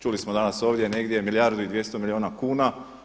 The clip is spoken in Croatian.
Čuli smo danas ovdje negdje milijardu i 200 milijuna kuna.